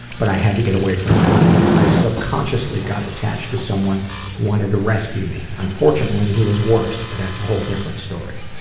but i had to get away from my mother. i subconsciously got attached to someone who wanted to rescue me. unfortunately, he was worse, but that's a whole different story.